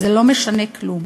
זה לא משנה כלום.